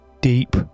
deep